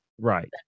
right